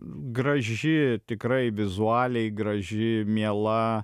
graži tikrai vizualiai graži miela